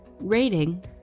Rating